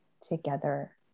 together